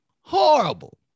horrible